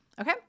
okay